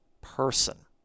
person